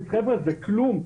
חבר'ה, זה כלום.